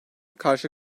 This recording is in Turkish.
karşı